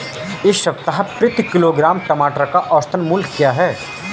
इस सप्ताह प्रति किलोग्राम टमाटर का औसत मूल्य क्या है?